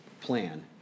plan